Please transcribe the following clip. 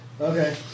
Okay